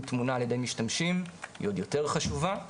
תמונה על ידי משתמשים היא עוד יותר חשובה.